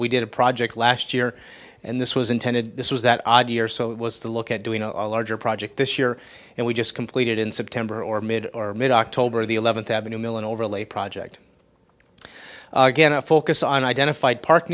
we did a project last year and this was intended this was that odd year so it was to look at doing a larger project this year and we just completed in september or mid or mid october the eleventh avenue mill and overlay project again a focus on identified park